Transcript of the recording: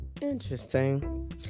Interesting